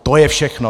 To je všechno!